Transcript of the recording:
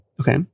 Okay